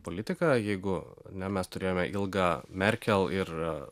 politika jeigu ne mes turėjome ilgą merkel ir